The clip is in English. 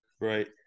right